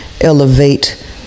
elevate